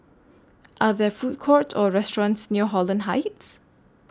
Are There Food Courts Or restaurants near Holland Heights